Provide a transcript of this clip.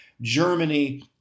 Germany